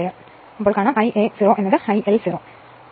അതിനാൽ Ia 0 IL 0 എങ്കിൽ അങ്ങനെ 5 1